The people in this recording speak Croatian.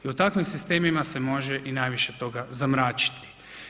I u takvim sistemima se može i najviše toga zamračiti.